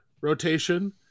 rotation